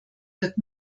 wird